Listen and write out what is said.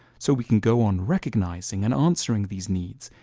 so we can go on recognizing and answering these needs,